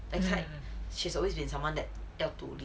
in fact she's always been someone that 要独立